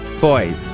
boy